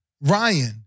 Ryan